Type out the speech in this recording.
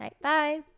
Bye